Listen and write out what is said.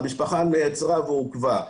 המשפחה נעצרה ועוכבה,